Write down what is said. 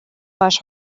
хойш